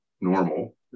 normal